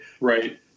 right